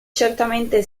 certamente